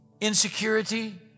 insecurity